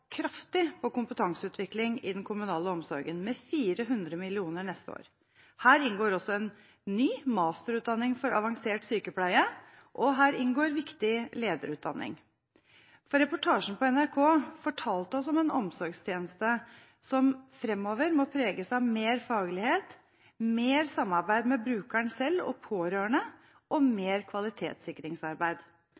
kraftig på kompetanseutvikling i den kommunale omsorgen med 400 mill. kr neste år. Her inngår også en ny masterutdanning for avansert sykepleie, og her inngår viktig lederutdanning. Reportasjen på NRK fortalte oss om en omsorgstjeneste som framover må preges av mer faglighet, mer samarbeid med brukeren selv og pårørende og